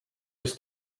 ist